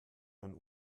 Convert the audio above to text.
einen